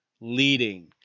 leading